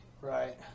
Right